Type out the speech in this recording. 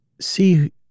see